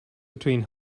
between